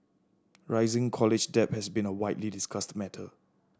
rising college debt has been a widely discussed matter